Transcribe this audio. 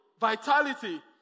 vitality